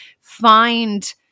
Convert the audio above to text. find